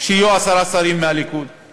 שיהיו עשרה שרים מהליכוד.